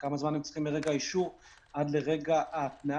כמה זמן הם צריכים מרגע האישור עד לרגע ההתנעה.